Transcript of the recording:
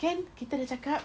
can kita dah cakap